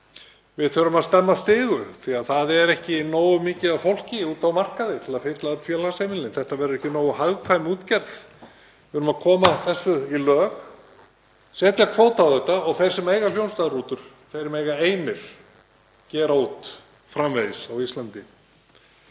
við þurfum að stemma stigu við því. Það er ekki nógu mikið af fólki úti á markaði til að fylla öll félagsheimilin, þetta verður ekki nógu hagkvæm útgerð. Við verðum að koma þessu í lög, setja kvóta á þetta og þeir sem eiga hljómsveitarrútur mega einir gera út framvegis á Íslandi.